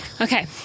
Okay